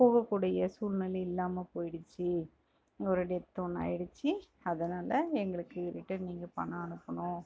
போக கூடிய சூழ்நிலை இல்லாமல் போயிடுச்சு இங்கே ஒரு டெத்து ஒன்று ஆகிடுச்சி அதனால் எங்களுக்கு ரிட்டன் நீங்கள் பணம் அனுப்பணும்